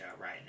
right